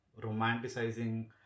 romanticizing